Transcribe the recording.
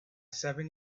seven